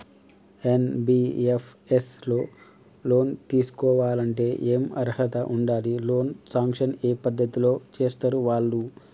NBFS లో loan తీస్కోవాలంటే ఏం అర్హత ఉండాలి? లోన్ సాంక్షన్ ఏ పద్ధతి లో చేస్తరు వాళ్లు?